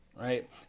right